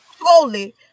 holy